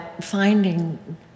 finding